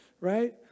right